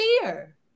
fear